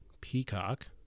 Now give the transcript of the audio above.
Peacock